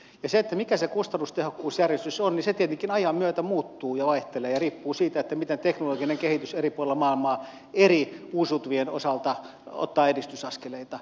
se mikä se kustannustehokkuusjärjestys on tietenkin ajan myötä muuttuu ja vaihtelee ja riippuu siitä miten teknologinen kehitys eri puolilla maailmaa eri uusiutuvien osalta ottaa edistysaskeleita